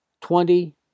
twenty